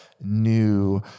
new